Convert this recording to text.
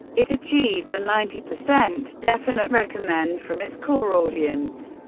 it achieved a ninety percent definite recommend from its core audience,